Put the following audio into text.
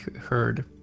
heard